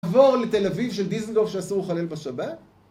עבור לתל אביב של דיזינגוף שאסור לחלל בה שבת